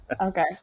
Okay